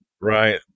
Right